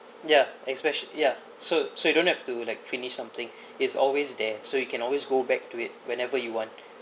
ya especial~ ya so so you don't have to like finish something it's always there so you can always go back to it whenever you want